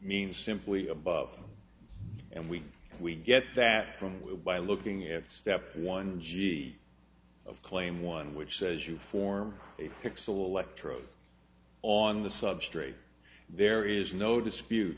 means simply above and we we get that from by looking at step one g of claim one which says you form a pixel electrode on the substrate there is no dispute